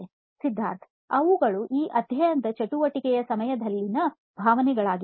ಸಿದ್ಧಾರ್ಥ್ ಅವುಗಳು ಈ ಅಧ್ಯಯನ ಚಟುವಟಿಕೆಯ ಸಮಯದಲ್ಲಿನ ಭಾವನೆಗಳಾಗಿವೆ